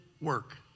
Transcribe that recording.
work